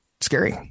scary